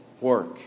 work